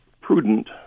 prudent